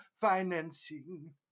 financing